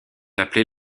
appelée